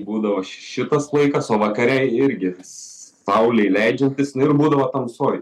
būdavo šitas laikas o vakare irgi saulei leidžiantis būdavo tamsoj